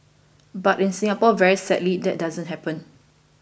but in Singapore very sadly that doesn't happen